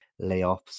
layoffs